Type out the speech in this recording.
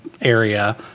area